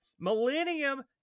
millennium